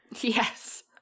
yes